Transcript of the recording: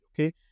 okay